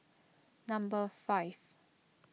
number five